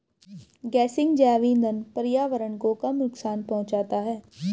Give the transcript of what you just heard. गेसिंग जैव इंधन पर्यावरण को कम नुकसान पहुंचाता है